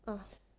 eh